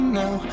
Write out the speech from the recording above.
now